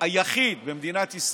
שהיחיד במדינת ישראל,